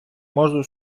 можу